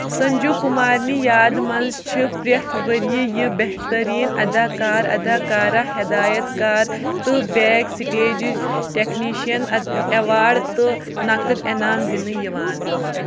سنجیو کُمارنہِ یادِ منٛز چھِ پرٛٮ۪تھ ؤرِیہِ یہِ بہتریٖن اَداکاراداکارہ ہدایت کار تہٕ بیک سٹیجِچ ٹیکنیٖشن اٮ۪واڈ تہٕ نَقٕد انعام دِنہٕ یِوان